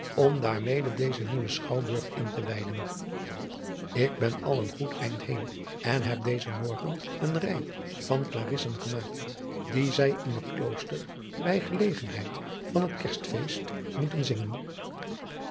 om daar mede dezen nieuwen schouwburg in te wijden ik ben al een goed eind heen en heb dezen morgen eenen rei van klarissen gemaakt dien zij in het klooster bij gelegenheid van het kersfeest moeten zingen